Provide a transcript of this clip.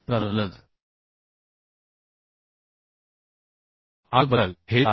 तरलज अँगलबद्दल हेच आहे